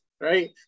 right